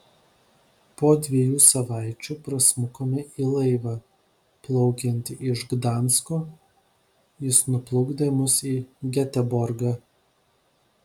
po dviejų savaičių prasmukome į laivą plaukiantį iš gdansko jis nuplukdė mus į geteborgą